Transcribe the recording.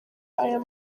aya